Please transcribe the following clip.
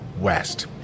West